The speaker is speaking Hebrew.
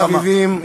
אחרונים חביבים,